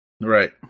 Right